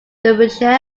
derbyshire